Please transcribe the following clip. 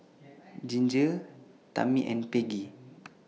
Ginger Tami and Peggie